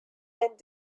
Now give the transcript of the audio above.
and